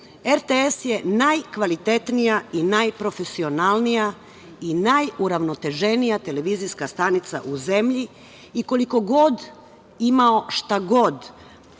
je najkvalitetnija, najprofesionalnija, i najuravnoteženija televizijska stanica u zemlji, i koliko god imao, šta god,